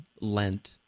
Lent